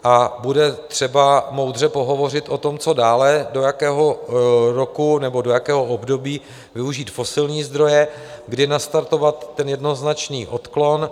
A bude třeba moudře pohovořit o tom, co dále, do jakého roku nebo do jakého období využít fosilní zdroje, kdy nastartovat jednoznačný odklon.